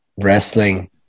wrestling